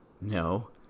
no